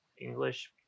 English